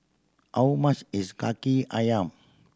how much is Kaki Ayam